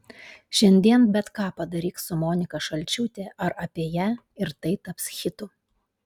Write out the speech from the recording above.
šiandien bet ką padaryk su monika šalčiūte ar apie ją ir tai taps hitu